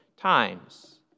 times